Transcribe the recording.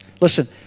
Listen